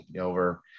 over